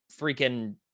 freaking